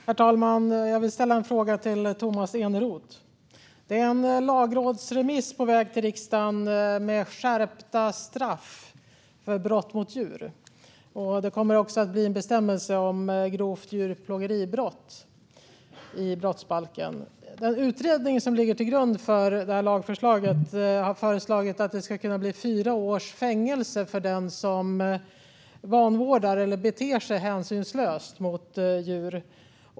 Herr talman! Jag vill ställa en fråga till Tomas Eneroth. Det är en lagrådsremiss på väg till riksdagen med skärpta straff för brott mot djur. Det kommer också att bli en bestämmelse om grovt djurplågeribrott i brottsbalken. Den utredning som ligger till grund för detta lagförslag har föreslagit att det ska kunna bli fyra års fängelse för den som vanvårdar eller beter sig hänsynslöst mot djur.